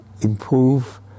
improve